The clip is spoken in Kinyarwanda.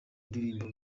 ndirimbo